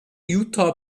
jutta